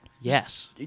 Yes